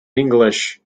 english